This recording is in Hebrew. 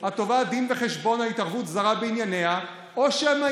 התובעת דין וחשבון על התערבות זרה בענייניה או שמא